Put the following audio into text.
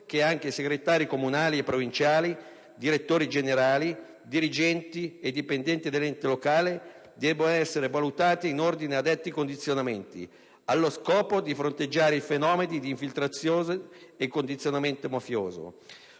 che anche i segretari comunali e provinciali, direttori generali, dirigenti e dipendenti dell'ente locale debbano essere «valutati» in ordine a detti condizionamenti, allo scopo di fronteggiare i fenomeni di infiltrazione e condizionamento mafioso.